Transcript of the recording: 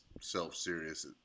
self-serious